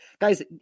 Guys